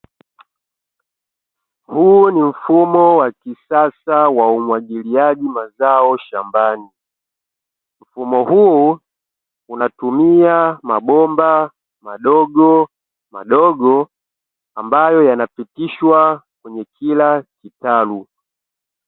Huu ni mfumo wa kisasa wa umwagiliaji mazao shambani, mfumo huu unatumia mabomba madogomadogo ambayo yanapitishwa kwenye kila kitalu.